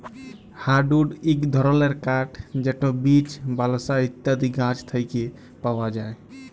hardwood ইক ধরলের কাঠ যেট বীচ, বালসা ইত্যাদি গাহাচ থ্যাকে পাউয়া যায়